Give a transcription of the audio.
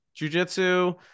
jujitsu